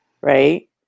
right